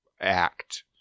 act